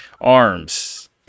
Arms